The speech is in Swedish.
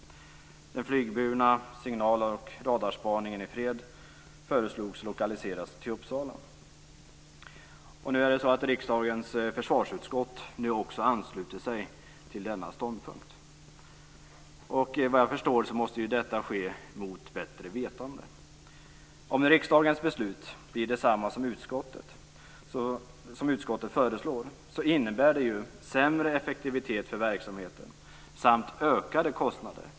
Den flygburna signal och radarspaningen i fred föreslogs lokaliseras till Uppsala. Riksdagens försvarsutskottet har nu anslutit sig till denna ståndpunkt. Efter vad jag förstår måste detta ske mot bättre vetande. Om riksdagens beslut blir i enlighet med utskottets förslag innebär det sämre effektivitet för verksamheten samt ökade kostnader.